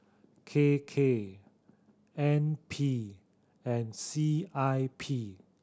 K K N P and C I P